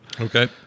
Okay